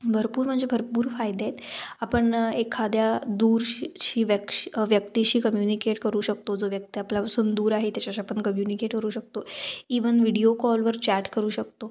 भरपूर म्हणजे भरपूर फायदे आहेत आपण एखाद्या दूरशी शी व्यक्श व्यक्तीशी कम्यूनिकेट करू शकतो जो व्यक्ती आपल्यापासून दूर आहे त्याच्याशी आपण कम्यूनिकेट करू शकतो इव्हन विडिओ कॉलवर च्यॅट करू शकतो